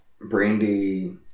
Brandy